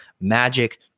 magic